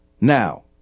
Now